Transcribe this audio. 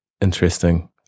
interesting